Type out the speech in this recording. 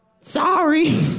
Sorry